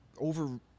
over